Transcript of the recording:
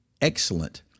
excellent